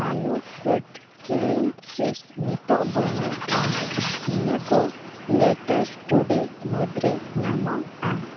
ᱟᱞᱚ fruit kiwi juice ᱱᱤᱛᱚᱜ ᱵᱟᱱᱩᱜᱼᱟ ᱱᱤᱭᱟᱹ ᱠᱚ ᱞᱮᱴᱟᱨ ᱴᱩᱰᱮ ᱢᱩᱫᱽᱨᱮ ᱧᱟᱢᱚᱜᱼᱟ